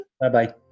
Bye-bye